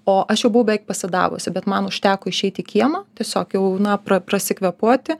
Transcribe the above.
o aš jau buvau beveik pasidavusi bet man užteko išeit į kiemą tiesiog jau na pra prasikvėpuoti